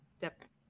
different